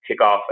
kickoff